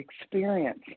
experience